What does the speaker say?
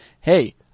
hey –